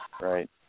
right